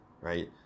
right